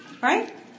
Right